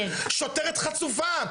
שוטרת חצופה,